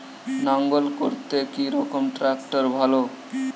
লাঙ্গল করতে কি রকম ট্রাকটার ভালো?